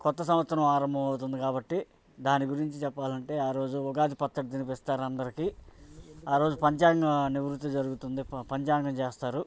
కొత్త సంవత్సరం ఆరంభం అవుతుంది కాబట్టి దాని గురించి చెప్పాలంటే ఆ రోజు ఉగాది పచ్చడి తినిపిస్తారు అందరికి ఆ రోజు పంచాంగం నివృత్తి జరుగుతుంది పంచాంగం చేస్తారు